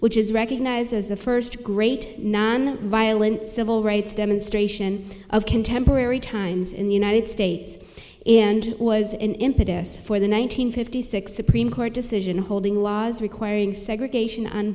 which is recognized as the first great non violent civil rights demonstration of contemporary times in the united states and was an impetus for the one nine hundred fifty six supreme court decision holding laws requiring segregation on